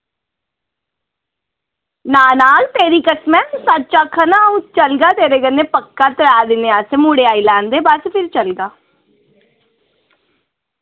ना ना तेरी कसम ऐ सच्च आक्खा ना आऊं चलगा तेरे कन्नै पक्का त्रै दिनें आस्तै मुड़े आई लैन दे बाद च फ्ही चलगा